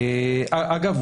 אגב,